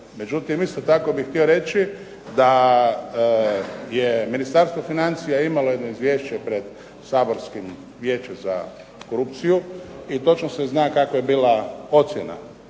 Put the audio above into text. Međutim, isto tako bih htio reći da je Ministarstvo financija imalo jedno izvješće pred Saborskim Vijećem za korupciju i točno se zna kakva je bila ocjena